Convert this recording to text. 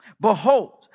behold